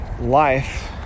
life